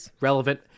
relevant